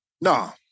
No